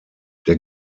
der